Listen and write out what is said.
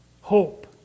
hope